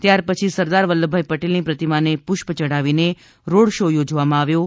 ત્યાર પછી સરદાર વલ્લભભાઈ પટેલની પ્રતિમાને પુષ્પ ચઢાવીને રોડ શો યોજવામાં આવ્યો હતો